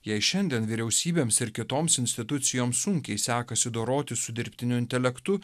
jei šiandien vyriausybėms ir kitoms institucijoms sunkiai sekasi dorotis su dirbtiniu intelektu